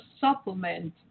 supplement